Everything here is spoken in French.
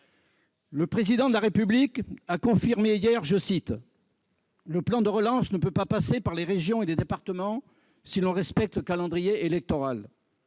Le Président de la République l'a confirmé hier :« Le plan de relance ne peut pas passer par les régions et les départements, si l'on respecte le calendrier électoral. »